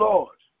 Lord